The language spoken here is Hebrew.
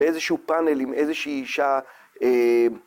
באיזשהו פאנל עם איזושהי אישה